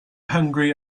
hungry